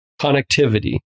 connectivity